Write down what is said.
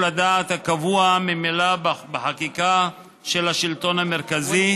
הדעת הקבוע ממילא בחקיקה של השלטון המרכזי,